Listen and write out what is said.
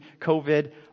COVID